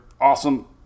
awesome